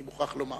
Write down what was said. אני מוכרח לומר.